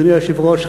אדוני היושב-ראש,